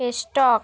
stock